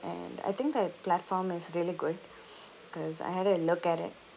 and I think that platform is really good because I had a look at it